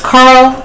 Carl